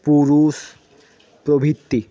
পুরুষ প্রভৃতি